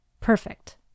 Perfect